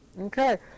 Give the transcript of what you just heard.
Okay